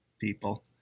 people